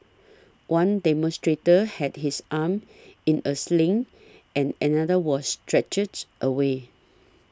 one demonstrator had his arm in a sling and another was stretchered away